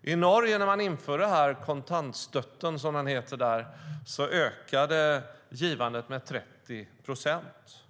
När man införde det här i Norge ökade givandet med 30 procent.